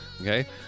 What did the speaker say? okay